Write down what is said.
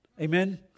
Amen